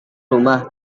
rumah